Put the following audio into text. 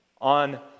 on